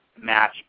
match